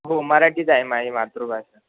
हो मराठीच आहे माझी मातृभाषा